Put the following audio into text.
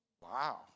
Wow